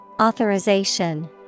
Authorization